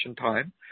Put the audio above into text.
time